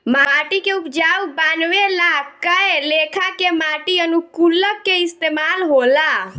माटी के उपजाऊ बानवे ला कए लेखा के माटी अनुकूलक के इस्तमाल होला